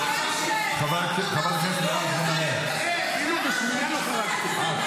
--- ההפיכה הראשונית --- אתם לא תחזירו בעיצומה של מלחמה,